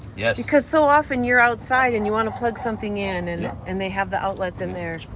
yes. because so often, you're outside, and you wanna plug something in, and and they have the outlets in there.